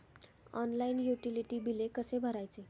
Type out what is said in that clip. Online utility बिले कसे भरायचे?